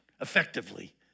effectively